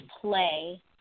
play